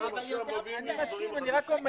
מה אתה עכשיו מביא לי נושאים חדשים.